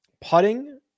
putting